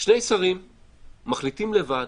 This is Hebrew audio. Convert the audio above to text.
שני שרים מחליטים לבד,